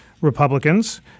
Republicans